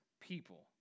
people